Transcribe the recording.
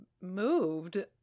moved